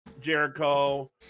Jericho